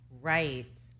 Right